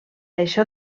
això